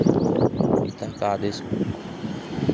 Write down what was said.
पिता का आदेश